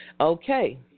Okay